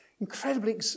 Incredibly